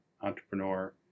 Entrepreneur